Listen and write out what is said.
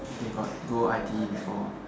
they got go I_T_E before